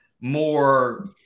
more